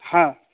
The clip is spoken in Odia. ହଁ